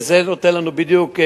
וזה נותן לנו בדיוק,